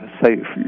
safe